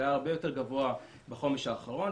זה היה הרבה יותר גבוה בחומש האחרון,